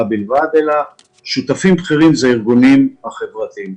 בלבד אלא שותפים בכירים הם הארגונים החברתיים.